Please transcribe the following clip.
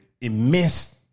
immense